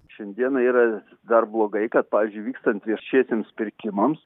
šiandieną yra dar blogai kad pavyzdžiui vykstant viešiesiems pirkimams